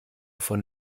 von